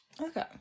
Okay